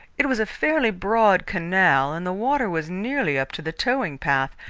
it was a fairly broad canal, and the water was nearly up to the towing-path.